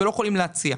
אנחנו לא יכולים להציע.